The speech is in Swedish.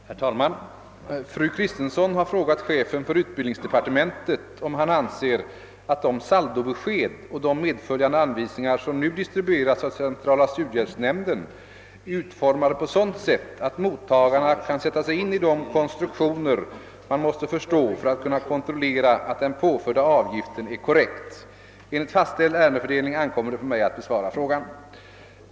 Herr talman! Fru Kristensson har frågat chefen för utbildningsdepartementet, om han anser att de saldobesked och de medföljande anvisningar som nu distribueras av centrala studiehjälpsnämnden är utformade på sådant sätt att mottagarna kan sätta sig in i de konstruktioner man måste förstå för att kunna kontrollera att den påförda avgiften är korrekt. Enligt fastställd ärendefördelning ankommer det på mig att besvara frågan.